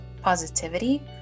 positivity